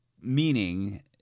meaning